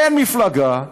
אין מפלגה,